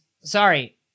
Sorry